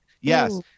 Yes